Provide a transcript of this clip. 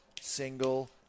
single